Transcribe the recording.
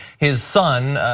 his son,